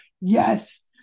Yes